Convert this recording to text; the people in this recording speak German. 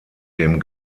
dem